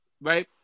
right